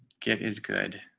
get is good.